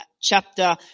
chapter